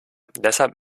deshalb